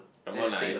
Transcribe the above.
come on lah it's